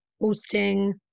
hosting